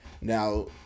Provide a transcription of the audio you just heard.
now